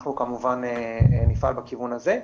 אנחנו כמובן נפעל בכיוון הזה.